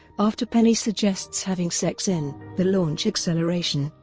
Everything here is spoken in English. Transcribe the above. after penny suggests having sex in the launch acceleration,